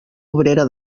obrera